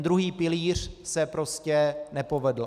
Druhý pilíř se prostě nepovedl.